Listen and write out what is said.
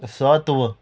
सत्व